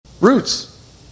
Roots